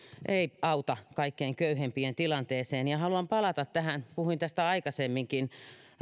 ei auta kaikkein köyhimpien tilanteeseen haluan palata tähän puhuin tästä aikaisemminkin